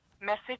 message